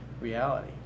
reality